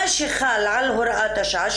מה שחל על הוראת השעה,